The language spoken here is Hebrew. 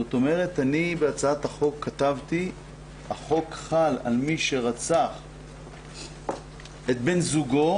כתבתי בהצעת החוק שלי שהחוק חל על מי שרצח את בן זוגו